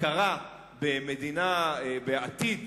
הכרה בעתיד